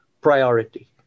priority